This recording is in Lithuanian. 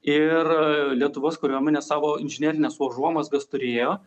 ir lietuvos kariuomenė savo inžinerines užuomazgas turėjo